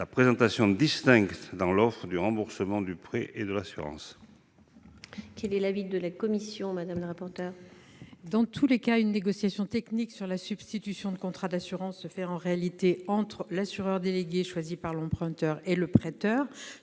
la présentation distincte dans l'offre du remboursement du prêt et de l'assurance. Quel est l'avis de la commission ? Dans tous les cas, une négociation technique sur la substitution de contrats d'assurance a lieu entre l'assureur délégué choisi par l'emprunteur et le prêteur.